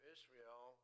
Israel